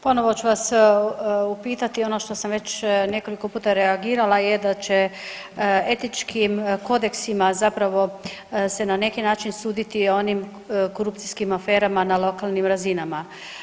Ponovo ću vas upitati ono što sam već nekoliko puta reagirala je da će etičkim kodeksima zapravo se na neki način suditi onim korupcijskim aferama na lokalnim razinama.